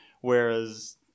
Whereas